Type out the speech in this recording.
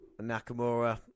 Nakamura